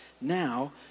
now